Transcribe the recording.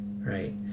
Right